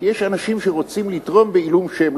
כי יש אנשים שרוצים לתרום בעילום שם,